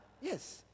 Yes